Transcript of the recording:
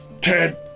Ted